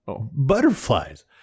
Butterflies